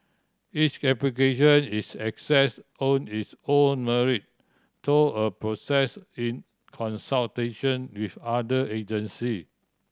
each application is assess on its own merit through a process in consultation with other agency